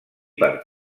per